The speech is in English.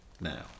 now